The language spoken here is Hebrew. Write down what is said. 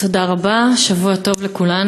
תודה רבה, שבוע טוב לכולנו,